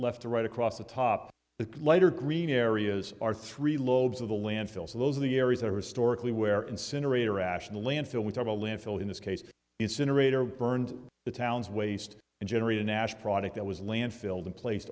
left or right across the top the lighter green areas are three lobes of the landfill so those are the areas that historically where incinerator rational landfill we talk about linfield in this case incinerator burned the town's waste and generate a nash product that was landfill then placed